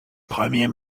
premier